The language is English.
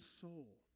soul